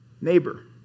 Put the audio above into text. neighbor